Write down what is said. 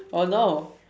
oh no